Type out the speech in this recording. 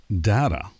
data